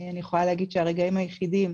אני יכולה להגיד שהרגעים היחידים,